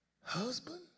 Husband